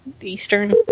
Eastern